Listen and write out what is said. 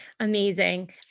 Amazing